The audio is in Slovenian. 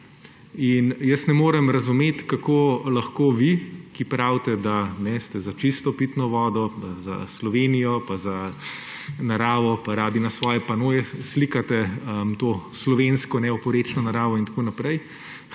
Ne morem razumeti, kako lahko vi, ki pravite, da ste za čisto pitno vodo, za Slovenijo, za naravo pa radi na svoje panoje slikate to slovensko neoporečno naravo in tako naprej,